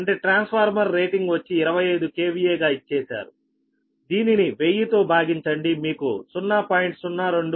అంటే transformer rating వచ్చి 25 KVA గా ఇచ్చేశారు దీనిని 1000 తో భాగించండి మీకు 0